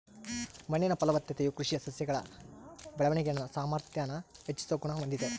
ಮಣ್ಣಿನ ಫಲವತ್ತತೆಯು ಕೃಷಿ ಸಸ್ಯಗಳ ಬೆಳವಣಿಗೆನ ಸಾಮಾರ್ಥ್ಯಾನ ಹೆಚ್ಚಿಸೋ ಗುಣ ಹೊಂದಿದೆ